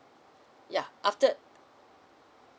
yeah after